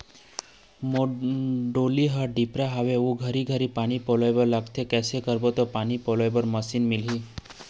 मोर डोली हर डिपरा म हावे अऊ घरी घरी पानी पलोए बर लगथे कैसे करबो त पानी पलोए बर मशीन मिलही?